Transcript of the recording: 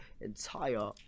entire